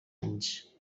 anys